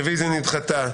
הרביזיה נדחתה.